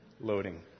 loading